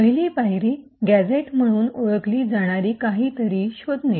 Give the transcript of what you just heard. पहिली पायरी गॅझेट म्हणून ओळखली जाणारी काहीतरी शोधणे